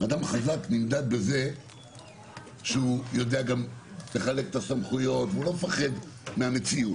נמדד בזה שהוא יודע גם לחלק את הסמכויות והוא לא מפחד מהמציאות.